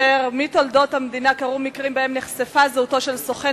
כי בתולדות המדינה קרו מקרים שבהם נחשפה זהותו של סוכן